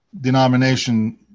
denomination